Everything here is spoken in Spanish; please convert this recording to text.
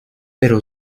pero